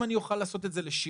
אם אני אוכל לעשות את זה לשיעורין,